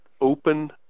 open